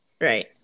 Right